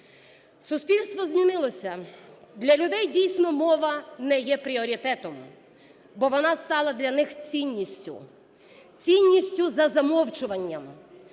Суспільство змінилося. Для людей, дійсно, мова не є пріоритетом, бо вона стала для них цінністю. Цінністю за замовчуванням.